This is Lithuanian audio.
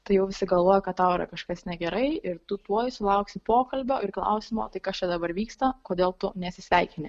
tai jau visi galvoja kad tau yra kažkas negerai ir tu tuoj sulauksi pokalbio ir klausimo tai kas čia dabar vyksta kodėl tu nesisveikini